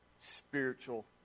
spiritual